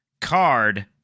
card